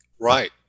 right